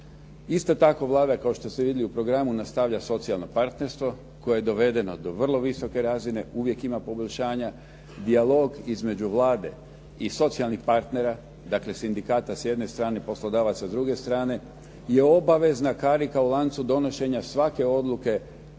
Isto tako Vlada, kao što ste vidjeli u programu, nastavlja socijalno partnerstvo koje je dovedeno do vrlo visoke razine, uvijek ima poboljšanja. Dijalog između Vlade i socijalnih partnera, dakle sindikata s jedne strane, poslodavaca s druge strane, je obavezna karika u lancu donošenja svake odluke